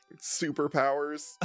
Superpowers